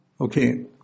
Okay